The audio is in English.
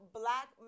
black